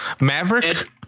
Maverick